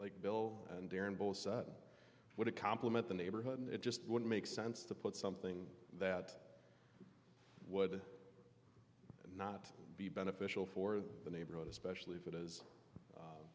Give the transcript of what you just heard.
like bill and bear in both what it compliment the neighborhood and it just wouldn't make sense to put something that would not be beneficial for the neighborhood especially if it is